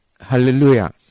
hallelujah